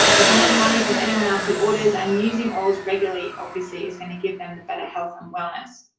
they can earn money from anyone else who orders, and using oils regularly, obviously, is gonna give them better health and wellness.